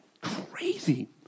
Crazy